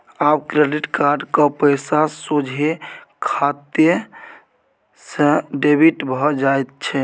आब credit card क पैसा सोझे खाते सँ डेबिट भए जाइत छै